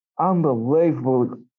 unbelievable